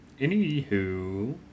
Anywho